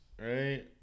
right